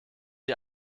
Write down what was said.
die